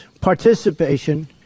participation